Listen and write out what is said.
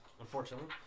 Unfortunately